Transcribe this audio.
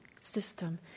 system